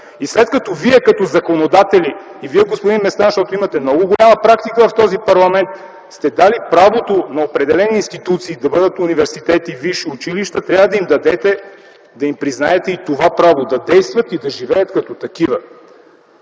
След като Вие като законодатели, и Вие, господин Местан, защото имате много голяма практика в този парламент, сте дали правото на определени институции да бъдат университети, висши училища, трябва да им признаете и това право – да действат и да живеят като такива.